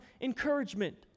encouragement